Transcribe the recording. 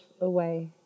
away